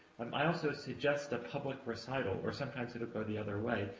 i also suggest a public recital. where sometimes it'll go the other way.